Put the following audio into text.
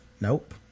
Nope